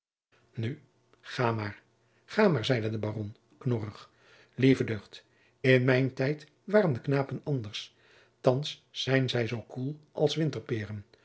nu ga maar ga maar zeide de baron knorrig lieve deugd in mijn tijd waren de knapen anders thands zijn zij zoo koel als